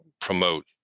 promote